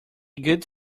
good